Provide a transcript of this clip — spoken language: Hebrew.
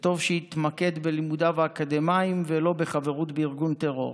טוב שיתמקד בלימודיו האקדמיים ולא בחברות בארגון טרור.